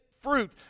fruit